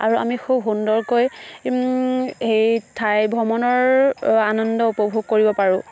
আৰু আমি খুব সুন্দৰকৈ সেই ঠাই ভ্ৰমণৰ আনন্দ উপভোগ কৰিব পাৰোঁ